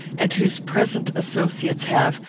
and whose present associates have,